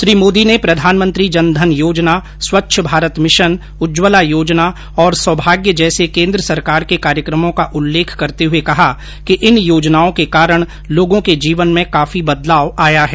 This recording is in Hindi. श्री मोदी ने प्रधानमंत्री जन धन योजना स्वच्छ भारत मिशन उज्ज्वला योजना और सौभाग्य जैसे केंद्र सरकार के कार्यक्रमों का उल्लेख करते हुए कहा कि इन योजनाओं के कारण लोगों के जीवन में काफी बदलाव आया है